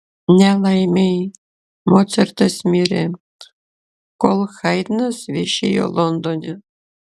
nelaimei mocartas mirė kol haidnas viešėjo londone